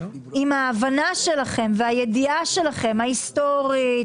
עם ההבנה שלכם והידיעה שלכם ההיסטורית,